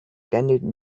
candied